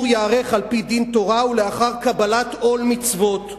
ייערך על-פי דין תורה ולאחר קבלת עול מצוות,